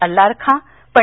Allarakha Pandit